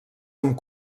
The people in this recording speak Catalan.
amb